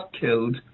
killed